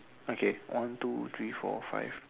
okay one two three four five